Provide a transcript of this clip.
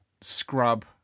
scrub